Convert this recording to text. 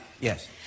Yes